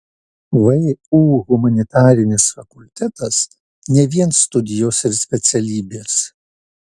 vu humanitarinis fakultetas ne vien studijos ir specialybės